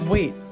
Wait